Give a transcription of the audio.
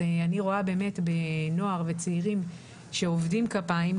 רואה באמת בנוער וצעירים שעובדים כפיים,